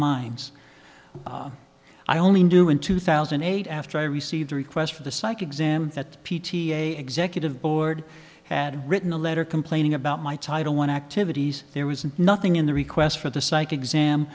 minds i only knew in two thousand and eight after i received a request for the psych exam that p t a executive board had written a letter complaining about my title one activities there was and nothing in the request for the psych exam